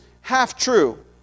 half-true